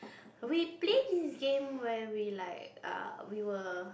we play this game where we like err we were